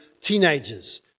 teenagers